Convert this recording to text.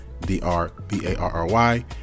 d-r-b-a-r-r-y